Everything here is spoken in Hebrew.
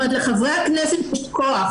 לחברי הכנסת יש כוח,